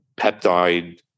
peptide